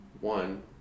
one